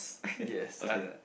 yes